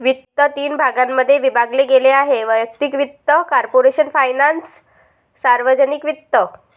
वित्त तीन भागांमध्ये विभागले गेले आहेः वैयक्तिक वित्त, कॉर्पोरेशन फायनान्स, सार्वजनिक वित्त